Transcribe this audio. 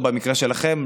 או במקרה שלכם,